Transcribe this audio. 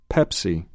Pepsi